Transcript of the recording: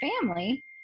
family